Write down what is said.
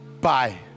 Bye